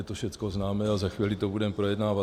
To všechno známe a za chvíli to budeme projednávat.